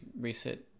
reset